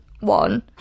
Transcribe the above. one